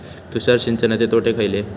तुषार सिंचनाचे तोटे खयले?